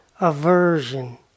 aversion